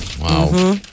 Wow